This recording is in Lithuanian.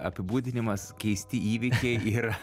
apibūdinimas keisti įvykiai yra